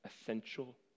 essential